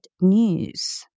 news